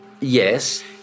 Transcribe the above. Yes